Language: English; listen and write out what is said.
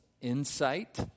insight